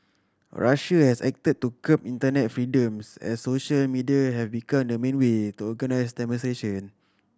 Russia has acted to curb internet freedoms as social media have become the main way to organise demonstration